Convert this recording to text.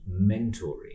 mentoring